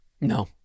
No